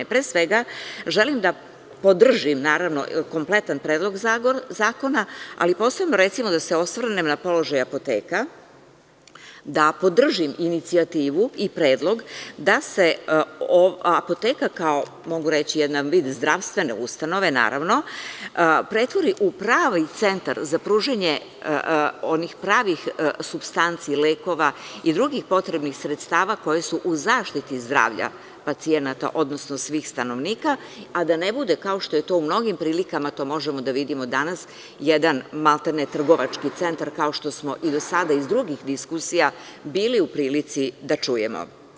Pre svega, želim da podržim, naravno, kompletan Predlog zakona, ali posebno, recimo, da se osvrnem na položaj apoteka, da podržim inicijativu i predlog da se apoteka kao, mogu reći, jedan vid zdravstvene ustanove, naravno, pretvori u pravi centar za pružanje onih pravih supstanci, lekova i drugih potrebnih sredstava koji su u zaštiti zdravlja pacijenata, odnosno svih stanovnika, a da ne bude, kao što je to u mnogim prilikama, to možemo da vidimo danas, jedan maltene trgovački centar, kao što smo i do sada iz drugih diskusija bili u prilici da čujemo.